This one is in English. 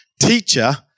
teacher